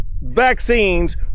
vaccines